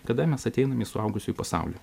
kada mes ateinam į suaugusiųjų pasaulį